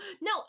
no